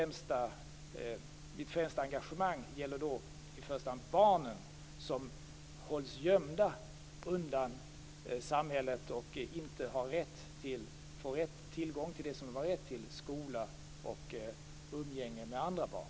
Mitt främsta engagemang gäller barnen, som hålls gömda undan samhället och inte får tillgång till det som de har rätt till - skola och umgänge med andra barn.